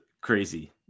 crazy